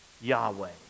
Yahweh